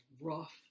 rough